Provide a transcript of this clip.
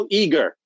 eager